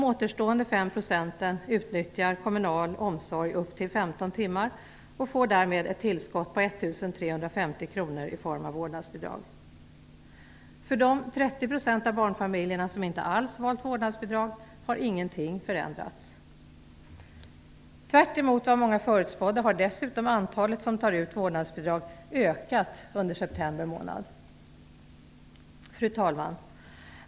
Återstående 5 % utnyttjar kommunal omsorg upp till 15 timmar och får därmed ett tillskott på 1 350 kr i form av vårdnadsbidrag. För de 30 % av barnfamiljerna som inte alls valt vårdnadsbidrag har ingenting förändrats. Tvärtemot vad många förutspådde har dessutom antalet som tar ut vårdnadsbidrag ökat under september månad. Fru talman!